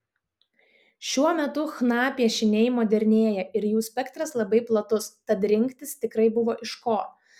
šiuo metu chna piešiniai modernėja ir jų spektras labai platus tad rinktis tikrai buvo iš ko